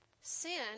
Sin